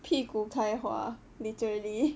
屁股开花 literally